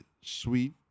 sweet